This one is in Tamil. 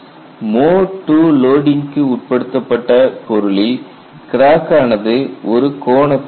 மோட் II லோடிங்க்கு உட்படுத்தப்பட்ட பொருளில் கிராக் ஆனது ஒரு கோணத்தில் வளரும்